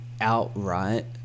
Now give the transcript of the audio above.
outright